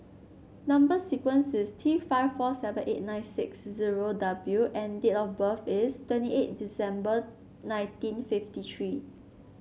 number sequence is T five four seven eight nine six zero W and date of birth is twenty eight December nineteen fifty tree